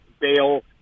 bail